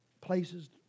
places